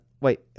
Wait